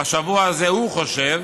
בשבוע הזה הוא חושב,